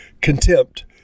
contempt